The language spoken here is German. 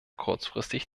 kurzfristig